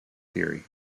theory